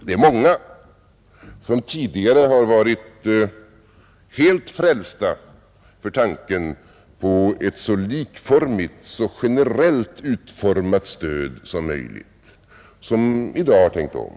Det är många som tidigare har varit helt ”frälsta” för tanken på ett så likformigt, så generellt utformat stöd som möjligt, men som i dag har tänkt om.